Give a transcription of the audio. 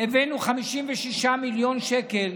56 מיליון שקלים